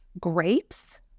grapes